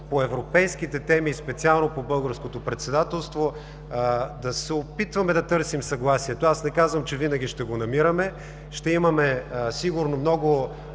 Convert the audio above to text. по европейските теми, специално по българското председателство да се опитваме да търсим съгласието. Аз не казвам, че винаги ще го намираме. Ще имаме сигурно много